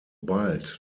bald